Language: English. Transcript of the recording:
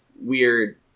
weird